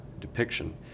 depiction